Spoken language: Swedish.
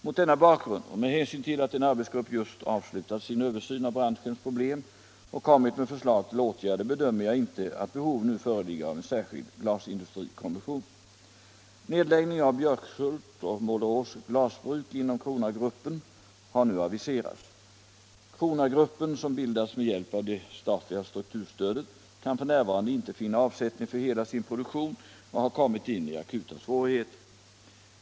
Mot denna bakgrund och med hänsyn till att en arbetsgrupp just avslutat sin översyn av branschens problem och kommit med förslag till åtgärder bedömer jag inte att behov nu föreligger av en särskild glasindustrikommission. Nedläggning av Björkshults och Målerås glasbruk inom Kronagruppen har nu aviserats. Kronagruppen, som bildats med hjälp av det statliga strukturstödet, kan f.n. inte finna avsättning för hela sin produktion och har kommit in i akuta svårigheter.